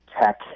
tech